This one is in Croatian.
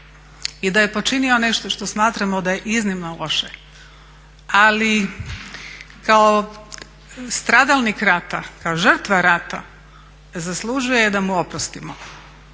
i da je počinio nešto što smatramo da je iznimno loše, ali kao stradalnik rata kao žrtva rata zaslužuje da mu oprostimo.